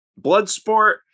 Bloodsport